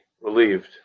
relieved